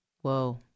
Whoa